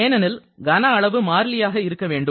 ஏனெனில் கன அளவு மாறிலியாக இருக்க வேண்டும்